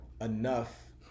enough